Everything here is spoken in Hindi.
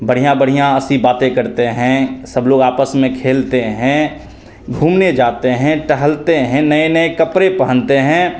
बढ़िया बढ़िया अ सी बातें करते हैं सब लोग आपस में खेलते हैं घूमने जाते हैं टहलते हैं नए नए कपड़े पहनते हैं